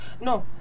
No